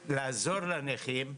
ולנסות לעזור לנכים.